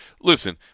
listen